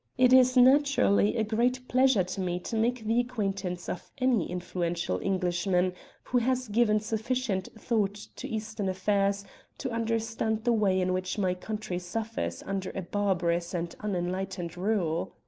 it is naturally a great pleasure to me to make the acquaintance of any influential englishman who has given sufficient thought to eastern affairs to understand the way in which my country suffers under a barbarous and unenlightened rule.